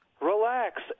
relax